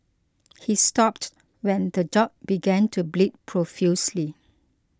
he stopped when the dog began to bleed profusely